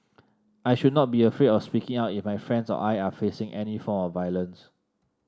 I should not be afraid of speaking out if my friends or I are facing any form of violence